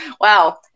Wow